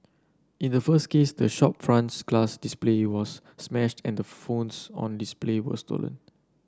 in the first case the shop front's glass display was smashed and the phones on displayed were stolen